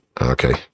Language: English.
Okay